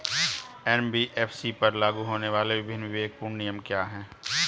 NBFC पर लागू होने वाले विभिन्न विवेकपूर्ण नियम क्या हैं?